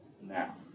now